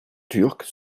turcs